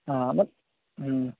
हॅं बस हूँ